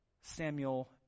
Samuel